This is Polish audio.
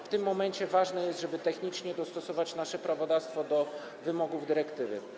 W tym momencie ważne jest, żeby technicznie dostosować nasze prawodawstwo do wymogów dyrektywy.